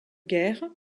guerres